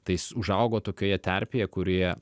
tai jis užaugo tokioje terpėje kurioje